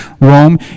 Rome